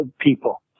people